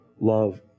love